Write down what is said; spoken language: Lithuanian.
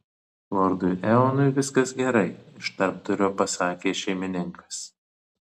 lordui eonui viskas gerai iš tarpdurio pasakė šeimininkas